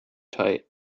tight